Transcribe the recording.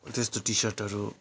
त्यस्तो टिसर्टहरू